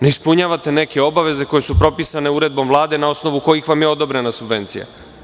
Ne ispunjavate neke obaveze koje su propisane uredbom Vlade, na osnovu kojih vam je odobrena subvencija.